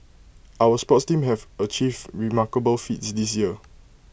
our sports teams have achieved remarkable feats this year